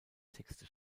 texte